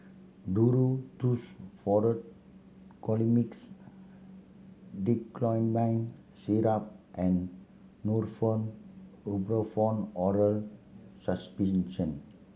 Duro Tuss Forte Colimix Dicyclomine Syrup and Nurofen Ibuprofen Oral Suspension